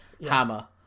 hammer